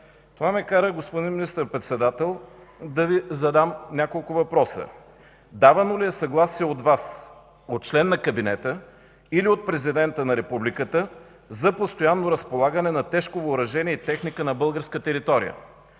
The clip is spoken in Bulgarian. февруари. Господин министър-председател, това ме кара да Ви задам няколко въпроса. Давано ли е съгласие от Вас, от член на кабинета или от президента на Републиката за постоянно разполагане на тежко въоръжение и техника на българска територия?